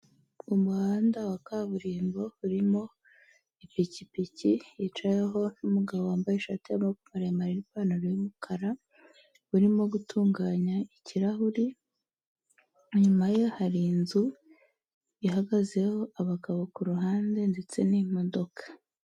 Umuhanda wa kaburimbo urimo ipikipiki yicaweho n'umugabo wambaye ishati y'amaboko maremare n'ipantaro y'umukara urimo gutunganya ikirahuri, inyuma ye hari inzu ihagazeho abagabo ku ruhande ndetse n'imodoka.